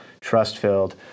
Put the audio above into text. trust-filled